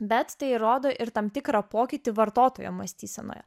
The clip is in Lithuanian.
bet tai rodo ir tam tikrą pokytį vartotojo mąstysenoje